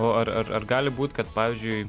o ar ar ar gali būt kad pavyzdžiui